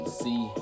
see